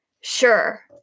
sure